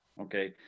okay